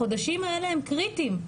החודשים האלה הם קריטיים.